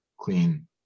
clean